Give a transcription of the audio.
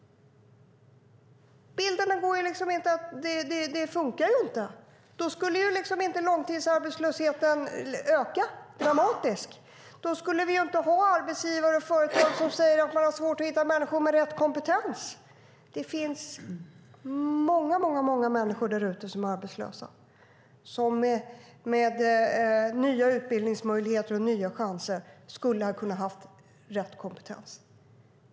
Hade det funkat skulle långtidsarbetslösheten inte öka dramatiskt. Då skulle vi inte ha arbetsgivare och företag som säger att de har svårt att hitta människor med rätt kompetens. Det finns många, många människor där ute som är arbetslösa och som med nya utbildningsmöjligheter och nya chanser skulle kunna ha rätt kompetens.